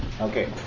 Okay